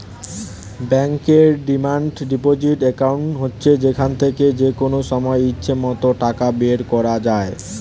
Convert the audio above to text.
ব্যাংকের demand deposit account হচ্ছে যেখান থেকে যেকনো সময় ইচ্ছে মত টাকা বের করা যায়